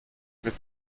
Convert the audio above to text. mit